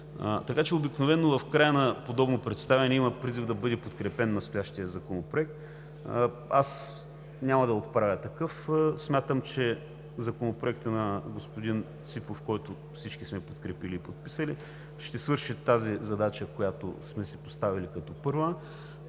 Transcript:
Така че обикновено в края на подобно представяне има призив да бъде подкрепен настоящият законопроект. Аз няма да отправя такъв, смятам, че Законопроектът на господин Ципов, който всички сме подкрепили и подписали, ще свърши тази задача, която сме си поставили като първа.